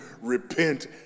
repent